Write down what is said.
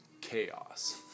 chaos